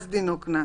דינו קנס.